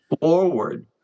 forward